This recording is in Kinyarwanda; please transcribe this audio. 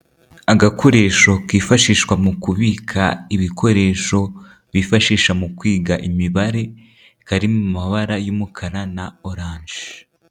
Agakoresho kifashishwa mu kubika ibikoresho bifashisha mu kwiga imibare kari mu mabara y'umukara na orange.